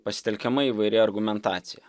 pasitelkiama įvairi argumentacija